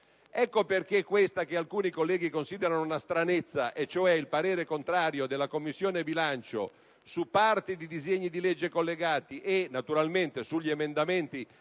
Ecco perché questa che alcuni colleghi considerano una stranezza, e cioè il parere contrario della Commissione bilancio su alcune parti di disegni di legge collegati, e naturalmente su alcuni emendamenti